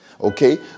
okay